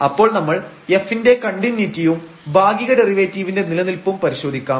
അപ്പോൾ നമ്മൾ f ന്റെ കണ്ടിന്യൂയിറ്റിയും ഭാഗിക ഡെറിവേറ്റീവിന്റെ നിലനിൽപ്പും പരിശോധിക്കാം